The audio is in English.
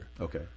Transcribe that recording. Okay